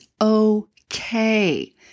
okay